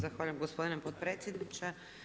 Zahvaljujem gospodine potpredsjedniče.